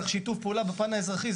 צריך שיתוף פעולה בפן האזרחי.